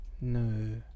No